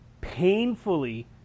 painfully